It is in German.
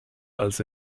als